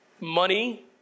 money